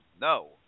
no